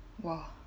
!wah!